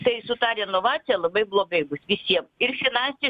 tai su ta renovacija labai blogai bus visiem ir finansiš